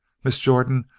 miss jordan,